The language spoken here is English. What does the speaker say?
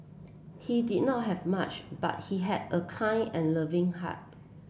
he did not have much but he had a kind and loving heart